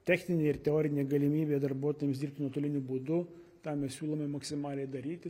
techninė ir teorinė galimybė darbuotojams dirbti nuotoliniu būdu tą mes siūlome maksimaliai daryti